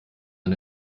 ein